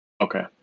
Okay